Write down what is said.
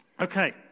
Okay